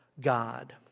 God